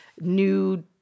new